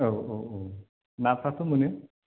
औ औ औ नाफोरा थ' मोनो